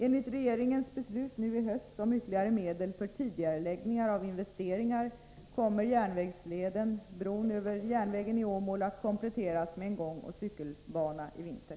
Enligt regeringens beslut nu i höst om ytterligare medel för tidigareläggningar av investeringar kommer järnvägsleden, bron över järnvägen i Åmål, att kompletteras med en gångoch cykelbana i vinter.